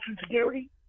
security